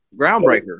Groundbreaker